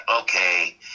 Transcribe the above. okay